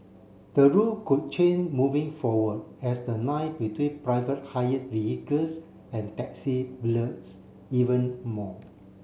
the rule could change moving forward as the line between private hired vehicles and taxi blurs even more